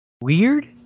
Weird